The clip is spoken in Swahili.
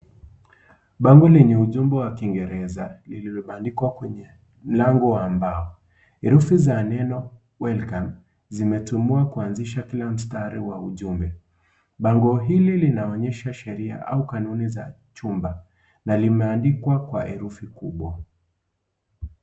Bango lenye ujumbe wa kingereza lililobandikwa kwenye mlango wa mbao, herufi za neno welcome zimetumiwa kuanzisha kila mstari wa ujumbe, bango hili linaonyesha sheria au kanuni za chumba na limeandikwa kwa herufi kubwa.